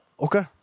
Okay